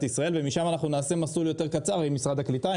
ישראל ומשם נעשה מסלול יותר קצר עם משרד הקליטה,